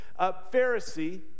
Pharisee